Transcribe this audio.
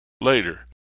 later